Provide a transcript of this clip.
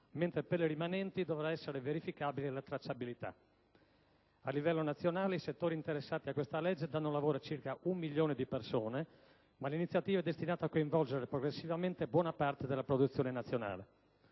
mentre per le rimanenti dovrà essere verificabile la tracciabilità. A livello nazionale, i settori interessati a questa legge danno lavoro a circa un milione di persone, ma l'iniziativa è destinata a coinvolgere progressivamente buona parte della produzione nazionale.